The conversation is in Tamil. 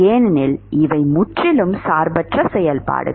ஏனெனில் இவை முற்றிலும் சார்பற்ற செயல்பாடுகள்